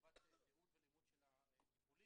לטובת תיעוד ולימוד של הטיפולים.